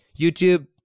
YouTube